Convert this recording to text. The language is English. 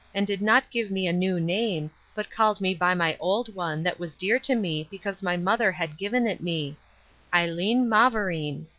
and did not give me a new name, but called me by my old one that was dear to me because my mother had given it me aileen mavoureen.